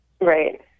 Right